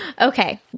Okay